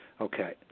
Okay